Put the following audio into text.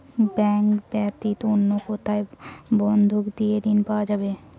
Bank ব্যাতীত অন্য কোথায় বন্ধক দিয়ে ঋন পাওয়া যাবে?